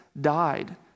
died